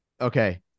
Okay